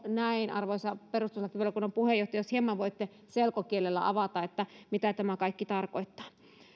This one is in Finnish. näin arvoisa perustuslakivaliokunnan puheenjohtaja jos hieman voitte selkokielellä avata että mitä tämä kaikki tarkoittaa